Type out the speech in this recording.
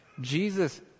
Jesus